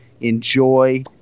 enjoy